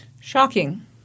Shocking